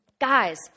Guys